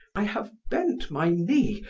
i have bent my knee,